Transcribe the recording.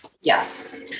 Yes